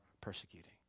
persecuting